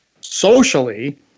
socially